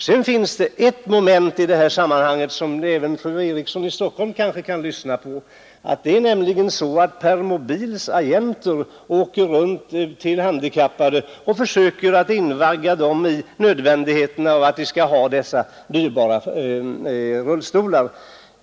Sedan finns det ett argument i detta sammanhang som kanske även fru Eriksson i Stockholm kan lyssna på. Det är nämligen så att agenterna för permobilen åker runt till handikappade och försöker övertyga dem om nödvändigheten av att ha dessa dyrbara rullstolar.